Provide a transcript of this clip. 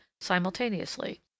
simultaneously